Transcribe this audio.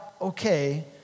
okay